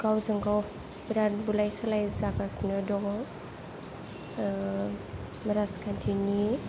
गावजों गाव बिराद बुलाय सोलाय जागासिनो दङ राजखान्थिनि